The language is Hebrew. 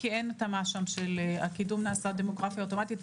עזבי רגע צורך כזה של קופה כזאת או אחרת.